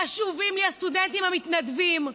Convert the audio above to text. חשובים לי הסטודנטים המתנדבים.